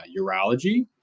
urology